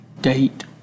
date